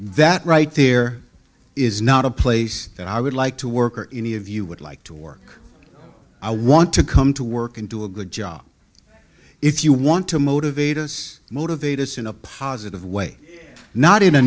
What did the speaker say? that right there is not a place that i would like to work or any of you would like to work i want to come to work and do a good job if you want to motivate us motivate us in a positive way not in a